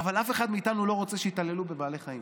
אבל אף אחד מאיתנו לא רוצה שיתעללו בבעלי חיים.